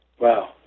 Wow